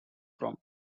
from